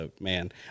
man